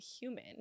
human